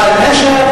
מפעל "נשר"